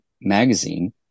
magazine